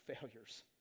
failures